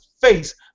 face